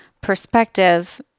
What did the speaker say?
perspective